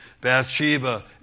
Bathsheba